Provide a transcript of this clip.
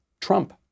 Trump